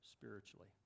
spiritually